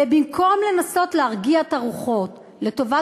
ובמקום לנסות להרגיע את הרוחות לטובת